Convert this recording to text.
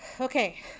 Okay